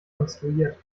konstruiert